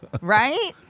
Right